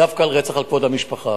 דווקא של רצח על כבוד המשפחה.